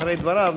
אחרי דבריו,